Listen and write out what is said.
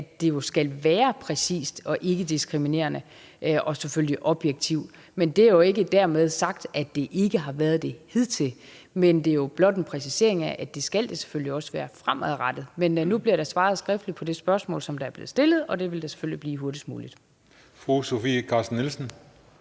at det jo skal være præcist og ikkediskriminerende og selvfølgelig objektivt. Ikke dermed sagt, at det ikke har været det hidtil, men det er blot en præcisering af, at det skal det selvfølgelig også være fremadrettet. Men nu bliver der svaret skriftligt på det spørgsmål, som er blevet stillet, og det vil selvfølgelig ske hurtigst muligt.